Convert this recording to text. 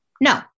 No